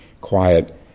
quiet